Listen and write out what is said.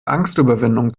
angstüberwindung